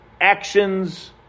actions